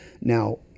Now